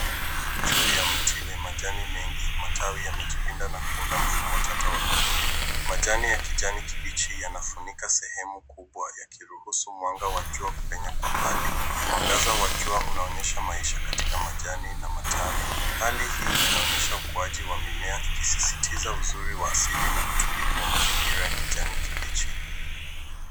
Juu ya mti wenye majani mengi, matawi yamejipinda na kuunda mfumo tata wa vivuli. Majani ya kijani kibichi yanafunika sehemu kubwa yakiruhusu mwanga wa jua kupenya kwa mbali. Mwangaza wa jua unaonyesha maisha katika majani na matawi. Hali hii inaonyesha ukuaji wa mimea ikisisitiza uzuri wa asili na utulivu wa mazingira ya kijani kibichi.